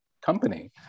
company